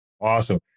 Awesome